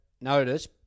notice